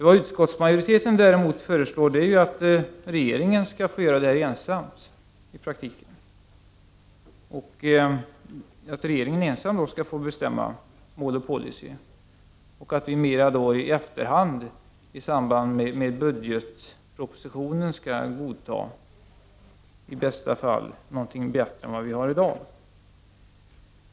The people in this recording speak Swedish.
Vad utskottsmajoriteten däremot föreslår är att regeringen i praktiken ensam fattar detta beslut. Regeringen skall alltså ensam få bestämma mål och policy, och riksdagen skall sedan i efterhand, i samband med budgetpropositionen, godta någonting som i bästa fall är bättre än det vi har i dag.